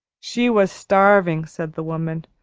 she was starving, said the woman.